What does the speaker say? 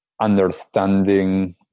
understanding